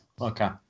Okay